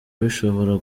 bishobora